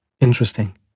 Interesting